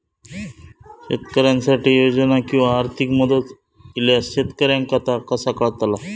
शेतकऱ्यांसाठी योजना किंवा आर्थिक मदत इल्यास शेतकऱ्यांका ता कसा कळतला?